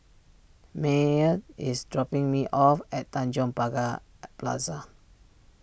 Maye is dropping me off at Tanjong Pagar Plaza